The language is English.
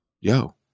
Yo